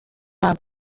wabo